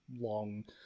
long